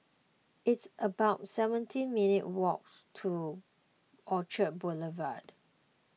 it's about seventeen minutes' walk to Orchard Boulevard